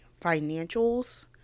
financials